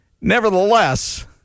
nevertheless